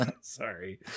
Sorry